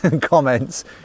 comments